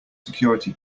security